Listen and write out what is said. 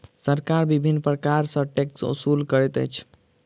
सरकार विभिन्न प्रकार सॅ टैक्स ओसूल करैत अछि